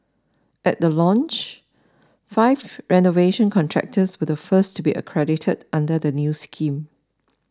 at the launch five renovation contractors were the first to be accredited under the new scheme